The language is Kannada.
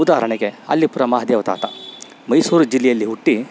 ಉದಾಹರಣೆಗೆ ಅಲ್ಲಿಪುರಮಹದೇವ ತಾತ ಮೈಸೂರು ಜಿಲ್ಲೆಯಲ್ಲಿ ಹುಟ್ಟಿ